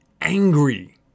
angry